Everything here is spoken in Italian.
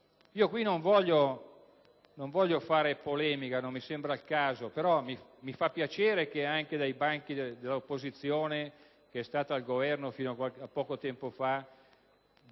Non voglio qui fare polemica, non mi sembra il caso, ma mi fa piacere che anche dai banchi dell'opposizione, che è stata al Governo fino a poco tempo fa,